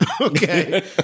Okay